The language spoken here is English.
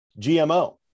GMO